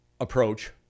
approach